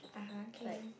ah !huh! okay